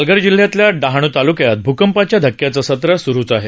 पालघर जिल्ह्यातल्या डहाणू तालुक्यात भूकंपाच्या धक्क्यांचं सत्र सुरूच आहे